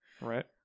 Right